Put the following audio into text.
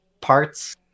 parts